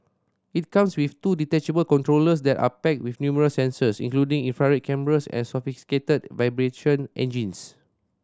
it comes with two detachable controllers that are packed with numerous sensors including infrared cameras and sophisticated vibration engines